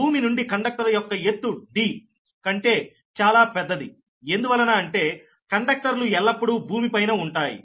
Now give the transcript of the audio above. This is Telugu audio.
భూమి నుండి కండక్టర్ యొక్క ఎత్తు D కంటే చాలా పెద్దది ఎందువలన అంటే కండక్టర్లు ఎల్లప్పుడూ భూమి పైన ఉంటాయి